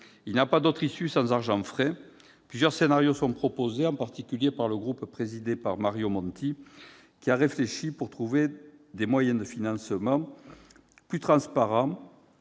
Il n'y aura pas d'issue sans argent frais ! Plusieurs scénarios sont proposés, en particulier par le groupe présidé par Mario Monti, qui a réfléchi pour trouver des moyens de financement plus transparents,